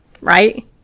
Right